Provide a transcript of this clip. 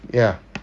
ya